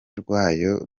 rwayo